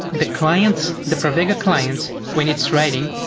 the clients, the pravega clients, when it's writing,